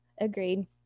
agreed